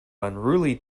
unruly